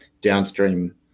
downstream